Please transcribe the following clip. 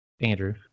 Andrew